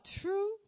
true